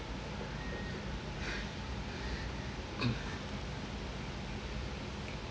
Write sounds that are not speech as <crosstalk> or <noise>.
<coughs>